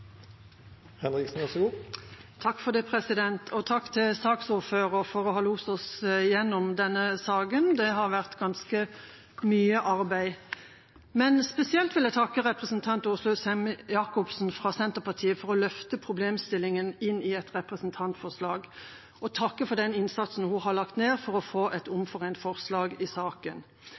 Takk til saksordføreren for å ha lost oss gjennom denne saken. Det har vært ganske mye arbeid. Spesielt vil jeg takke representanten Åslaug Sem-Jacobsen fra Senterpartiet for å ha løftet problemstillingen inn i et representantforslag og for den innsatsen hun har lagt ned for å få til et omforent forslag i saken.